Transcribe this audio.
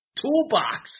toolbox